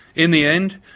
in the end,